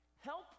help